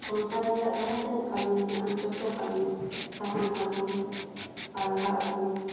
ᱥᱚᱝᱥᱟᱨ ᱨᱮᱭᱟᱜ ᱡᱟᱦᱟᱸ ᱛᱤᱱᱟᱹᱜ ᱠᱟᱹᱢᱤ ᱢᱮᱱᱟᱜᱼᱟ ᱡᱚᱛᱚ ᱠᱟᱹᱢᱤ ᱥᱟᱦᱟᱱ ᱟᱹᱜᱩ ᱯᱟᱞᱦᱟ ᱟᱹᱜᱩ